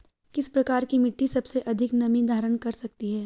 किस प्रकार की मिट्टी सबसे अधिक नमी धारण कर सकती है?